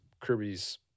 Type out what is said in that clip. Kirby's